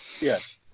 Yes